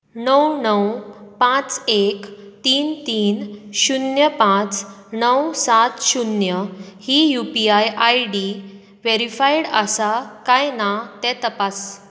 णव णव पांच एक तीन तीन शुन्य पांच णव सात शुन्य at the rate U P I ही U P I I D verified आसा काय ना तें तपास